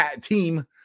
team